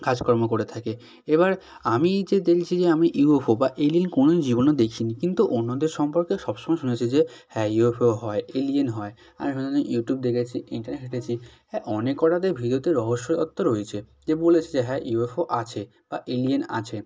কাজকর্ম করে থাকে এবার আমি যে দেখেছি যে আমি ইউএফও বা এলিয়েন কোনোদিন জীবনে দেখিনি কিন্তু ওনাদের সম্পর্কে সব সময়ই শুনেছি যে হ্যাঁ ইউএফও হয় এলিয়েন হয় আমি সাধারণত ইউটিউব দেখেছি ইন্টারনেট ঘেঁটেছি হ্যাঁ অনেক কটাতে ভিডিওতে রহস্যভাব তো রয়েছে কেউ বলেছে যে হ্যাঁ ইউএফও আছে বা এলিয়েন আছে